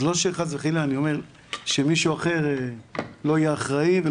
אני לא אומר חס וחלילה שמישהו אחר לא יהיה אחראי.